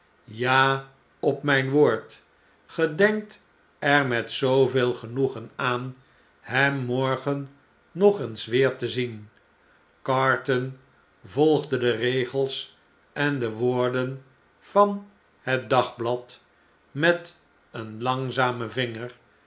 ja op mp woord ge denkt er met zooveel genoegen aan hem morgen nog eens weer te zien carton volgde de regels en de woorden van het dagblad met een langzamen vinger